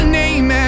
name